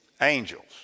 Angels